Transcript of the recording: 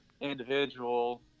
individual